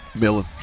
Millen